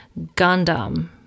Gundam